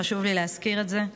חשוב לי להזכיר את זה.